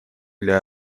для